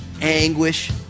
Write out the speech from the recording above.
anguish